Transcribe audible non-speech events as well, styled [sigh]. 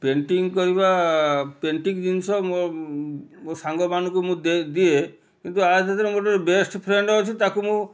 painting କରିବା painting ଜିନିଷ ମୋ ମୋ ସାଙ୍ଗମାନଙ୍କୁ ମୁଁ ଦିଏ କିନ୍ତୁ ଆ [unintelligible] ବେଷ୍ଟ୍ ଫ୍ରେଣ୍ଡ୍ ଅଛି ତାକୁ ମୁଁ